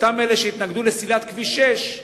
אותם אלה שהתנגדו לסלילת כביש 6,